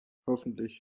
hoffentlich